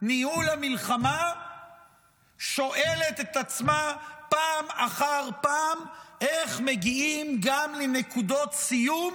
ניהול המלחמה שואלת את עצמה פעם אחר פעם איך מגיעים גם לנקודות סיום